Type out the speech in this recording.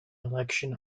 election